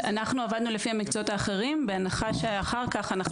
אנחנו עבדנו לפי המקצועות האחרים בהנחה שאחר כך אנחנו